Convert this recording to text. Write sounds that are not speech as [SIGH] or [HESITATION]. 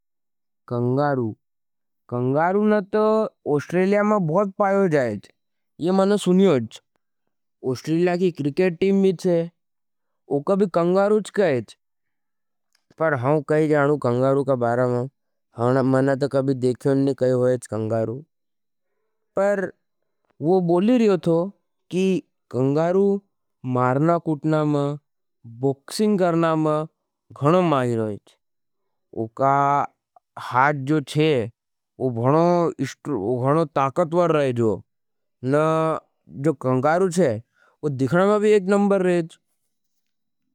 Kangaroo kangaroo न तो Australia में बहुत पायो जायेज। ये मैंने सुनियोज। ओस्ट्रेलिया की क्रिकेट टीम भी छे। वो कभी कंगारू च कहेज। पर हम कही जानू कंगारू का बारा मैं पर वो बोली रही थो। कि कंगारू मारना कुटना में, बॉक्सिंग करना में घणो माली रहे। उका हाथ जो छे वो घणो [HESITATION] ताकतवर रहेज। न जो कंगारू छे वो दिखणा में भी एक नंबर रहेज।